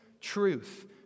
truth